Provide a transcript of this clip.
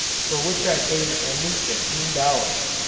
for which i paid only fifteen dollars.